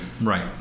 Right